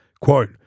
Quote